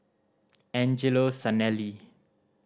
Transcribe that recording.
Angelo Sanelli